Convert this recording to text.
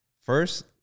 first